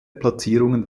platzierungen